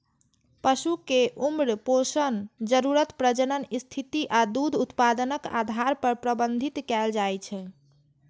पशु कें उम्र, पोषण जरूरत, प्रजनन स्थिति आ दूध उत्पादनक आधार पर प्रबंधित कैल जाइ छै